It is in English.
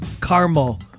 caramel